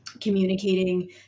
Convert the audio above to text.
communicating